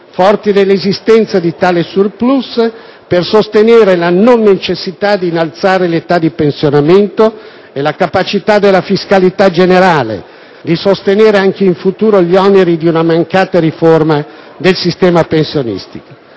forti dell'esistenza di tale *surplus*, per sostenere la non necessità di innalzare l'età di pensionamento e la capacità della fiscalità generale di sostenere, anche in futuro, gli oneri di una mancata riforma del sistema pensionistico.